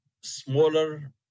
Smaller